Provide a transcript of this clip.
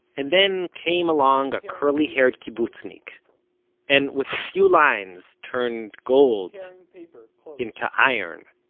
and then came along a curly-haired kibbutznik and, with a few lines, turned gold into iron.